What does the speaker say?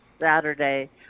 Saturday